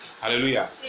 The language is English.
Hallelujah